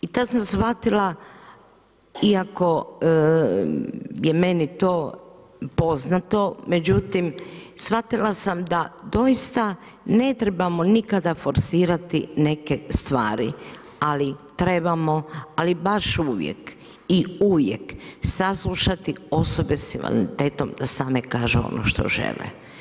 I tada sam shvatila, iako je meni to poznato, shvatila sam da doista ne trebamo nikada forsirati neke stvari, ali trebamo, ali baš uvijek i uvijek saslušati osobe s invaliditetom da same kažu ono što žele.